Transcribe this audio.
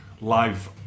live